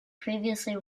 previously